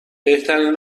بهترین